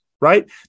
right